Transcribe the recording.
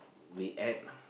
we add